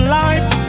life